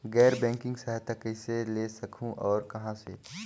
गैर बैंकिंग सहायता कइसे ले सकहुं और कहाँ से?